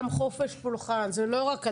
גם חופש פולחן זה לא רק הדתיים,